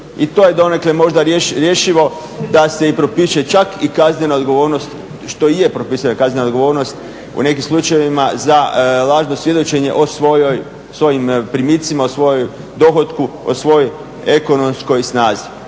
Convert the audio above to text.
i to je donekle možda rješivo da se i propiše čak i kaznena odgovornost što i je propisana kaznena odgovornost u nekim slučajevima za lažno svjedočenje o svojim primicima, o svojem dohotku, o svojoj ekonomskoj snazi.